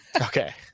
Okay